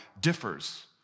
differs